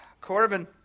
Corbin